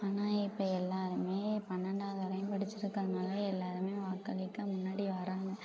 ஆனால் இப்போ எல்லாருமே பன்னெண்டாவது வரையும் படிச்சுருக்காங்க அதனால எல்லாருமே வாக்களிக்க முன்னாடி வராங்க